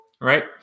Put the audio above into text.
right